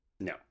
No